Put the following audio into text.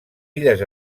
illes